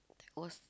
that was